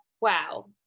Wow